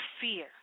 fear